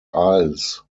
isles